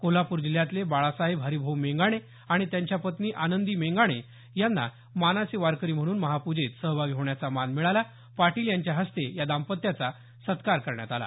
कोल्हापूर जिल्ह्यातले बाळासाहेब हरिभाऊ मेंगाणे आणि त्यांच्या पत्नी आनंदी मेंगाणे यांना मानाचे वारकरी म्हणून महापूजेत सहभागी होण्याचा मान मिळाला पाटील यांच्या हस्ते या दाम्पत्याचा सत्कार करण्यात आला